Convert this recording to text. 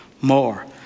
more